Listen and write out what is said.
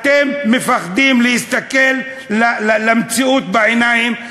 אתם מפחדים להסתכל למציאות בעיניים.